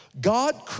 God